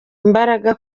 imbaraga